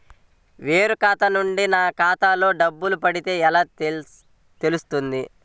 వేరే ఖాతా నుండి నా ఖాతాలో డబ్బులు పడితే ఎలా తెలుస్తుంది?